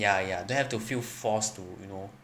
ya ya don't have to feel forced to you know